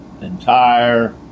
entire